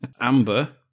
Amber